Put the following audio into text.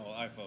iPhone